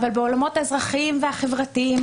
אבל בעולמות האזרחיים והחברתיים.